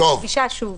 ואני מדגישה שוב.